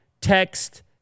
text